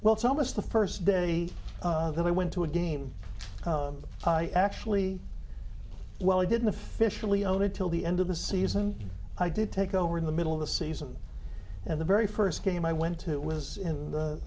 well it's almost the first day that i went to a game actually well i didn't officially own it till the end of the season i did take over in the middle of the season and the very first game i went to was i